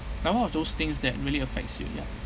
one of those things that really affects you ya